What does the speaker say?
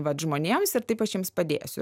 vat žmonėms ir taip aš jums padėsiu